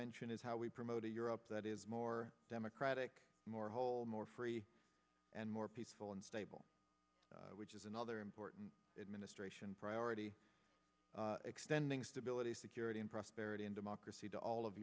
mention is how we promote a europe that is more democratic more whole more free and more peaceful and stable which is another important administration priority extending stability security and prosperity and democracy to all of